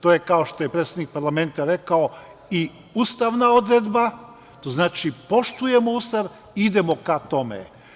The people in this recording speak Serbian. To je, kao što je predsednik parlamenta rekao, i ustavna odredba, to znači poštujemo Ustav i idemo ka tome.